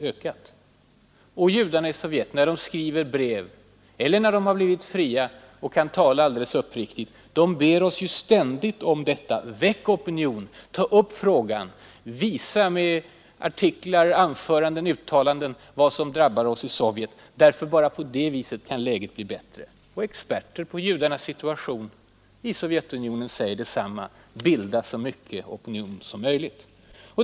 När judarna i Sovjet skriver brev till oss — eller när de har blivit fria och kan tala alldeles uppriktigt — ber de oss ju ständigt: väck opinion, ta upp frågan, visa med artiklar, anföranden och uttalanden vad som drabbar oss i Sovjet! Bara på det viset kan läget bli bättre. Och experter på judarnas situation i Sovjetunionen säger detsamma: bilda så mycket opinion som möjligt!